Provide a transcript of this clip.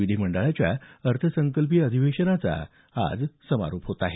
विधीमंडळाच्या अर्थसंकल्पीय अधिवेशनाचा आज समारोप होत आहे